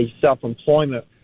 self-employment